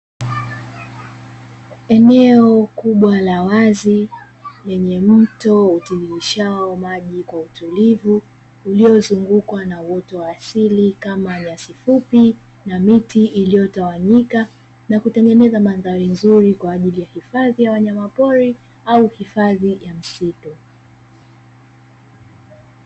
Eneo kubwa la wazi lenye mto utiririshao maji kwa utulivu, uliozungukwa na uoto wa asili kama nyasi fupi na miti iliyotawanyika na kutengeneza mandhari nzuri kwa ajili ya hifadhi ya wanyamapori au hifadhi ya msitu.